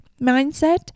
mindset